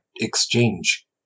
exchange